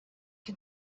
can